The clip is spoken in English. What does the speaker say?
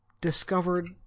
discovered